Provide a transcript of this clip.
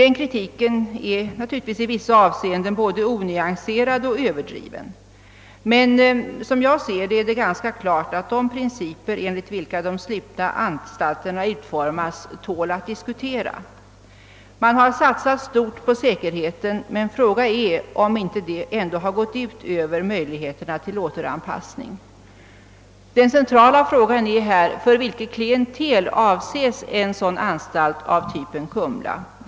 Den kritiken är naturligtvis i vissa avsenden både onyanserad och överdriven, men som jag ser det är det ganska klart att de principer enligt vilka de slutna anstalterna utformas tål att diskutera. Man har satsat stort på säkerheten, men fråga är om inte denna satsning ändå gått ut över möjligheterna till återanpassning. Den centrala frågan är för vilket klientel en anstalt av den typ vi har i Kumla bör vara avsedd.